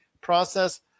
process